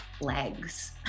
legs